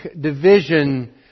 division